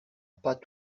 pas